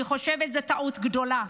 אני חושבת שזאת טעות גדולה.